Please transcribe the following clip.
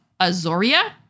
Azoria